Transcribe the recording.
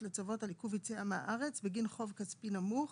לצוות על עיכוב יציאה מהארץ בגין חוב כספי נמוך),